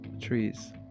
trees